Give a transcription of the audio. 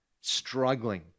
struggling